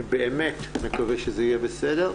אני באמת מקווה שזה יהיה בסדר.